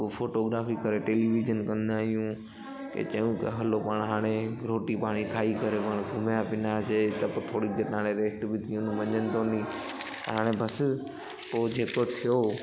पोइ फ़ोटोग्राफ़ी करे टेलीविजन कंदा आहियूं की चयऊं त हलो पाणि हाणे रोटी पाणी खाईं करे पाणि घुमयां पिनयासीं त पोइ थोरी देरि हाणे रेस्ट बि थी वेंदो वञनि थो नी हाणे बसि पोइ जेको थियो